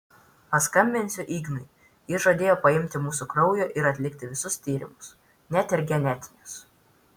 paskambinsiu ignui jis žadėjo paimti mūsų kraujo ir atlikti visus tyrimus net ir genetinius